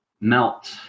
melt